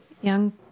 young